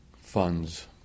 funds